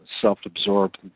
self-absorbed